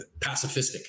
pacifistic